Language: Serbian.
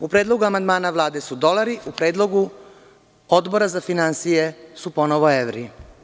U predlogu amandmana Vlade su dolari, u predlogu Odbora za finansije su ponovo evri.